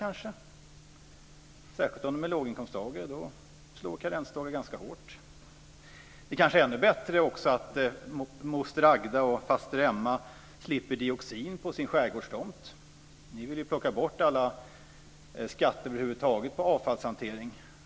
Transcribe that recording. Särskilt om de är låginkomsttagare slår karensdagar ganska hårt. Det kanske är ännu bättre att moster Agda och faster Emma slipper dioxin på sin skärgårdstomt.